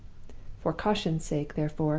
for caution's sake, therefore,